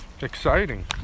exciting